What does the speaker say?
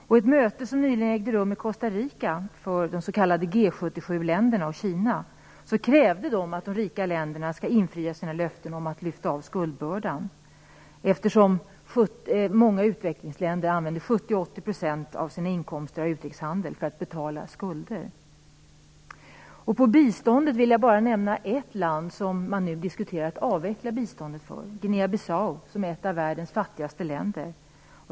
Vid ett möte som nyligen ägde rum i Costa Rica för de s.k. G 77-länderna och Kina krävdes att de rika länderna skulle infria sina löften att lyfta av skuldbördan, eftersom många utvecklingsländer använder 70 80 % av sina inkomster av utrikeshandel för att betala skulder. Jag kan nämna ett land som man nu diskuterar att avveckla biståndet till, nämligen Guinea-Bissau som är ett av världens fattigaste länder.